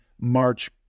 March